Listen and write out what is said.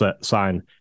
sign